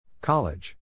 College